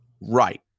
right